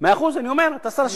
מעט נשמע מה עשיתי לכלל הציבור.